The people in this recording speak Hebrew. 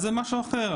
אז זה משהו אחר,